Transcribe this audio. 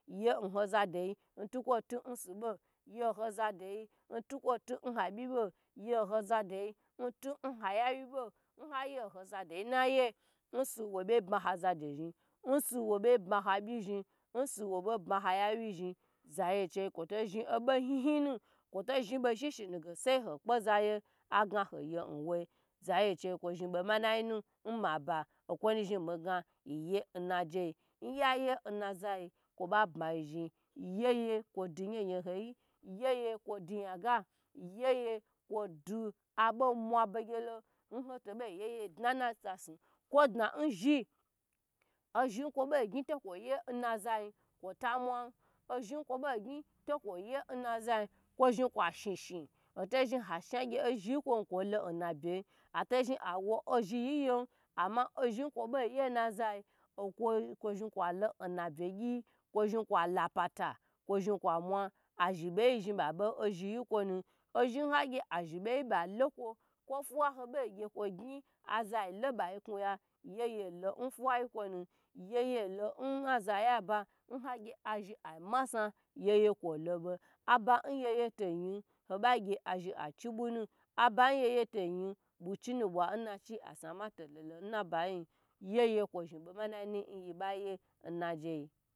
Ye nho za do yi ntukwo tu nsabo ya nho zado yi ntukwo tu nhabi bo ye nho za do yi ntukwo tu nhaya we bo nhoye nha zadoyi nnayi nsa wobo bma ha zado zhi nsa wo bo bma ha bi zhi nsu wo ba ha yawi zhi, za yi che kwo to zhi bo hyi hyi nu kwoto zhi bo shi shi nu ga sai ho kpe ze haya ha ye nwo zaye che kwo zhi bomanayi nu nmaba chenu zhi miga yiye nnaje nnyaye na zai kwo ba bmayi zhi yeye kwo do yahoya ho yi yey kwo do yage, yeye kwo do abo muwa be gelo nho to bo yeye dna na tasu kwo da nzhi ozhi n kwo bo gyn to kwo ye nnazai kwo ta mwa ozhi kwo bo gyn tokwo ye nazai kwo zhi kwa shi shi hoto zhi ha bhagye ozhi kwo sha lo nabye yi ato zhi how ozhi yiye ama ozhi kwo boye nazaye okwo ye zhi kwa lo na bu gyi okwoye zhi kwala pata kwo zhi kwa mwa azhi beyi zhi babe ozhi yi nkwonu ozhi hagy azhibe yi ba loko, kwo n fuwa be gyn azalo ba kuya yeyelo nfuwa yi kwo nu yeye lo naza yi aba n hagye azhi a masan yeye kwolo ba aban yeye toyin oba gye azhi achibu nu aba nyeye to yin bachi na bwa nachi asama to lolo naba yin yaye kwo zhi bo manayi nu nye ba ye naje.